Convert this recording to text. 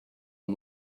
and